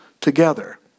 together